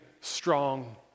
strong